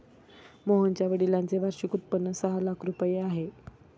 मोहनच्या वडिलांचे वार्षिक उत्पन्न सहा लाख रुपये आहे